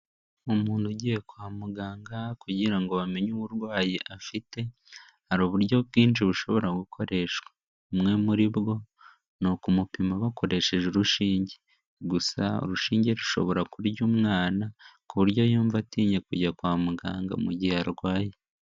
Umuntu ugiye kwa muganga kugira ngo bamenye uburwayi afite, hari uburyo bwinshi bushobora gukoreshwa. Bumwe muri bwo ni ukumupima bakoresheje urushinge. Gusa urushinge rushobora kurya umwana ku buryo yumva atinye kujya kwa muganga mu gihe arwaye.